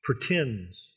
pretends